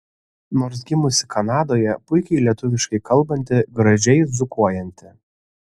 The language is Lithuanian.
nors gimusi kanadoje puikiai lietuviškai kalbanti gražiai dzūkuojanti